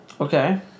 Okay